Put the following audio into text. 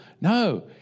No